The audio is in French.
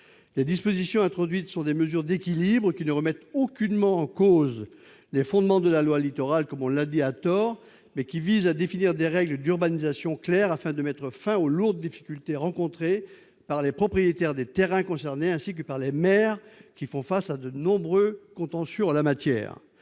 Les dispositions introduites sont des mesures d'équilibre qui ne remettent aucunement en cause les fondements de la loi Littoral, contrairement à ce qu'on a prétendu, mais visent à définir des règles d'urbanisation claires afin de mettre fin aux lourdes difficultés rencontrées par les propriétaires des terrains concernés, ainsi que par les maires, qui font face à de nombreux contentieux en la matière.